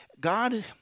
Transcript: God